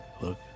look